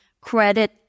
credit